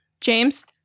James